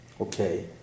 okay